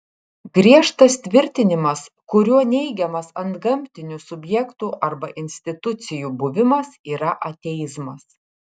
griežtas tvirtinimas kuriuo neigiamas antgamtinių subjektų arba institucijų buvimas yra ateizmas